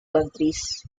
countries